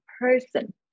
person